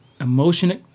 Emotional